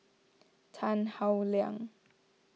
Tan Howe Liang